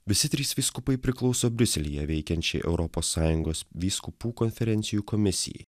visi trys vyskupai priklauso briuselyje veikiančiai europos sąjungos vyskupų konferencijų komisijai